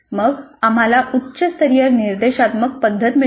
मग आम्हाला उच्च स्तरीय निर्देशात्मक पद्धत मिळते